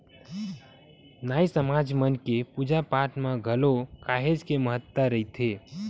नाई समाज मन के पूजा पाठ म घलो काहेच के महत्ता रहिथे